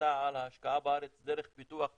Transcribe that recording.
ההחלטה על השקעה בארץ דרך פיתוח תשתיות,